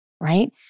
Right